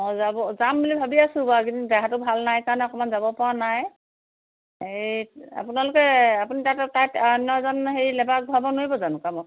অঁ যাব যাম বুলি ভাবি আছো বাৰু এইকেইদিন গাটো ভাল নাই কাৰণে অকণমান যাব পৰা নাই এই আপোনালোকে আপুনি তাতে তাত অন্য এজন হেৰি লেবাৰক ভৰাব নোৱাৰিব জানো কামত